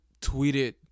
tweeted